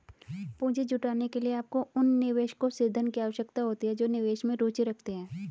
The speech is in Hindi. पूंजी जुटाने के लिए, आपको उन निवेशकों से धन की आवश्यकता होती है जो निवेश में रुचि रखते हैं